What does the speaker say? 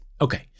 Okay